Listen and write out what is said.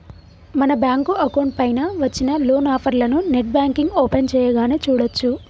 మన bank account పైన వచ్చిన లోన్ ఆఫర్లను నెట్ బ్యాంకింగ్ ఓపెన్ చేయగానే చూడచ్చు